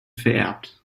vererbt